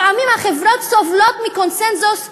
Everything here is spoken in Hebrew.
לפעמים החברות סובלות מקונסנזוס מוטעה,